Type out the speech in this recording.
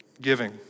Giving